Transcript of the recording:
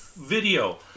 video